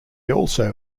also